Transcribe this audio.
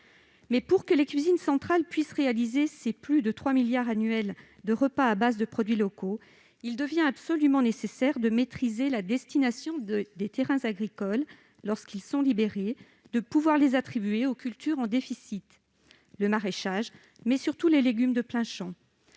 pour que les cuisines centrales puissent réaliser plus de 3 milliards annuels de repas à base de produits locaux, il devient absolument nécessaire de maîtriser la destination des terrains agricoles, lorsqu'ils sont libérés, et de pouvoir les attribuer aux cultures en déficit telles que le maraîchage ou les légumes de plein champ.